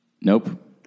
Nope